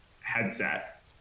headset